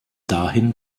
dahin